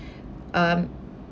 um